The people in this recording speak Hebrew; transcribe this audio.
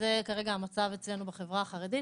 וזה כרגע המצב אצלנו בחברה החרדית.